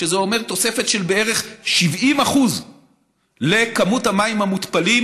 שזה אומר תוספת של בערך 70% לכמות המים המותפלים,